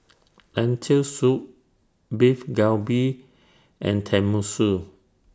Lentil Soup Beef Galbi and Tenmusu